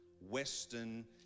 Western